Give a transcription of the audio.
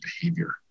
behavior